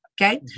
okay